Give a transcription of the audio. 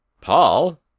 Paul